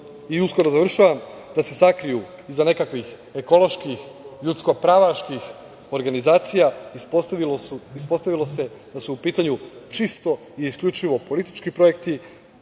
uskoro završavam, da se sakriju iza nekakvih ekoloških ljudskopravaških organizacija, ispostavilo se da su u pitanju čisto i isključivo politički projekti